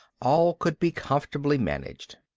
all could be comfortably managed.